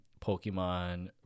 Pokemon